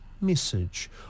message